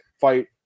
fight